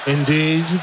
Indeed